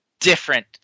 different